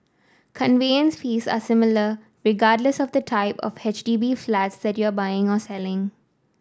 conveyance fees are similar regardless of the type of H D B flat that you are buying or selling